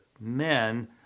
men